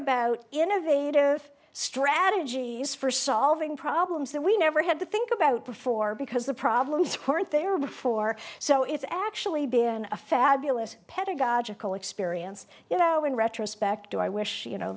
about innovative strategies for solving problems that we never had to think about before because the problems point there before so it's actually been a fabulous pedagogical experience you know in retrospect i wish you know